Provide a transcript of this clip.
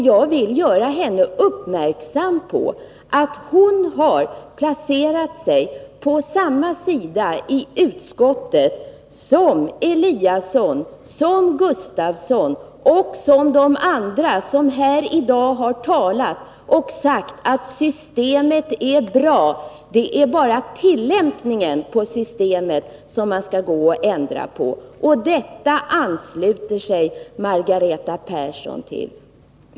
Jag vill göra henne uppmärksam på att hon har placerat sig på samma sida i utskottet som Ingemar Eliasson, Rune Gustavsson och andra som här i dag har sagt att systemet är bra och att det bara är tillämpningen av det som man skall ändra på. Detta ansluter sig Margareta Persson till.